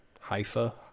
Haifa